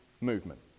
movement